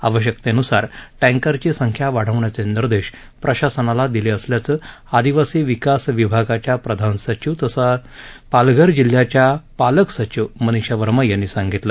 आवश्यकतेनुसार टँकरची संख्या वाढविण्याचे निर्देश प्रशासनाला दिले असल्याचं आदिवासी विकास विभागाच्या प्रधान सचिव तथा पालघर जिल्ह्याच्या पालक सचिव मनीषा वर्मा यांनी सांगितलं